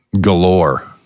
Galore